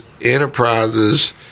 enterprises